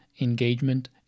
engagement